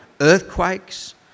earthquakes